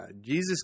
Jesus